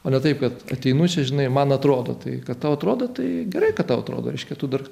o ne taip kad ateinu čia žinai man atrodo tai kad tau atrodo tai gerai kad tau atrodo reiškia tu dar